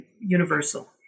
universal